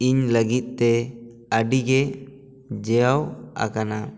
ᱤᱧ ᱞᱟᱹᱜᱤᱫ ᱛᱮ ᱟᱹᱰᱤ ᱜᱮ ᱡᱟᱹᱣ ᱟᱠᱟᱱᱟ